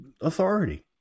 authority